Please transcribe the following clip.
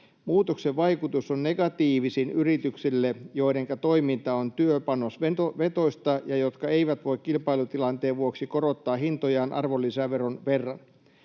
Muutoksen vaikutus on negatiivisin yrityksille, joidenka toiminta on työpanosvetoista ja jotka eivät voi kilpailutilanteen vuoksi korottaa hintojaan arvonlisäveron verran.